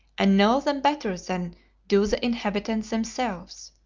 and know them better than do the inhabitants themselves.